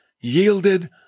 yielded